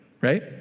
right